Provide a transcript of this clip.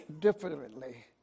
differently